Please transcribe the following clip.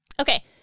Okay